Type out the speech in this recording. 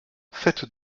faites